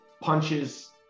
punches